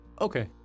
Okay